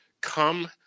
come